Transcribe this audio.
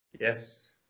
Yes